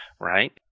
right